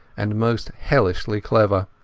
and most hellishly clever.